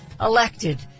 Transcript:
elected